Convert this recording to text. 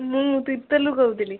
ମୁଁ ତିର୍ତ୍ତୋଲ୍ରୁ କହୁଥିଲି